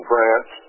France